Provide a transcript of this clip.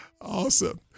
Awesome